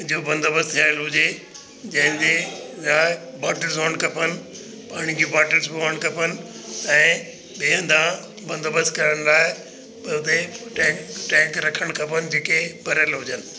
जो बंदोबस्तु थियल हुजे जंहिंजे लाइ बोटल्स हुअण खपनि पाणी जी बोटल्स बि हुअण खपनि ऐं ॿिए हंधा बंदोबस्तु करण लाइ उते टैंक टैंक रखणु खपनि जेके भरियल हुजनि